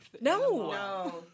No